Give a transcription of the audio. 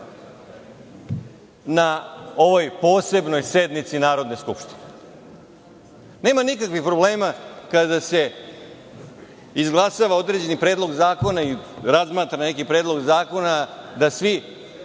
na ovaj posebnoj sednici Narodne skupštine. Nema nikakvih problema kada se izglasava određeni predlog zakona i razmatra neki predlog zakona, da svi